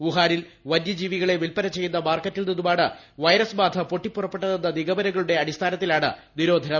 വുഹാനിൽ വന്യ ജീവികളെ വിൽപ്പന ചെയ്യുന്നു മാർക്കറ്റിൽ നിന്നുമാണ് വൈറസ് ബാധ പൊട്ടിപ്പുറപ്പെട്ടതെന്ന നിഗ്രമനങ്ങളുടെ അടിസ്ഥാനത്തിലാണ് നിരോധനം